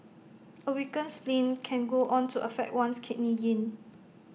A weakened spleen can go on to affect one's Kidney Yin